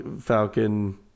Falcon